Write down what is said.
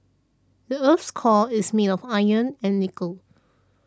the earth's core is made of iron and nickel